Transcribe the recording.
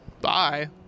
bye